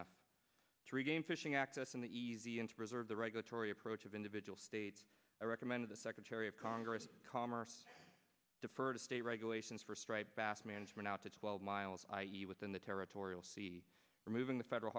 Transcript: a three game fishing access in the easy and to preserve the regulatory approach of individual states i recommend the secretary of congress commerce defer to state regulations for striped bass management out to twelve miles within the territorial sea removing the federal